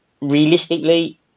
realistically